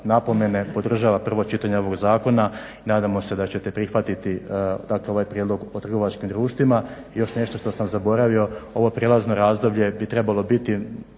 napomene podržava prvo čitanje ovog zakona i nadamo se da ćete prihvatiti dakle ovaj prijedlog o trgovačkim društvima. I još nešto što sam zaboravio, ovo prijelazno razdoblje bi trebalo biti